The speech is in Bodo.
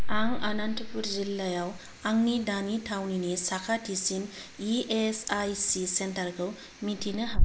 आं आनन्तपुर जिल्लायाव आंनि दानि थावनिनि साखाथिसिन E S I C centre खौ मिथिनो हागोन नामा